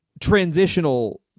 transitional